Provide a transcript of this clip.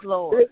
Lord